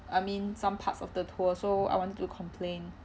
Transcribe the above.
I mean some parts of the tour so I wanted to complain